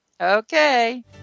Okay